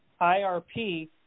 IRP